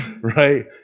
Right